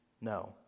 No